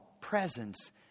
presence